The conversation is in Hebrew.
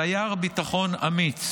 סייר ביטחון אמיץ